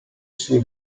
sue